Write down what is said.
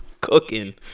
cooking